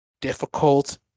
difficult